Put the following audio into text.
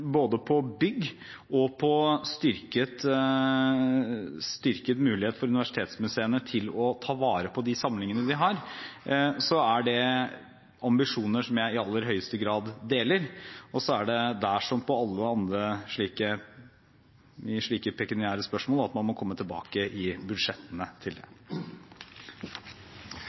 både på bygg og på styrket mulighet for universitetsmuseene til å ta vare på de samlingene de har. Det er ambisjoner som jeg i aller høyeste grad deler. Så er det slik at der, som i alle andre slike pekuniære spørsmål, må man komme tilbake til det i budsjettene.